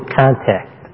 contact